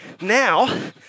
now